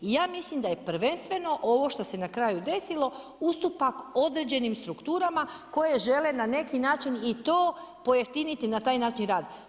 I ja mislim da je prvenstveno ovo što se na kraju desilo ustupak određenim strukturama koje žele na neki način i to pojeftiniti na taj način rad.